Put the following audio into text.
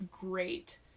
great